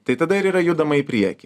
tai tada ir yra judama į priekį